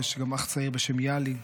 ויש גם אח צעיר בשם יהלי.